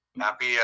Happy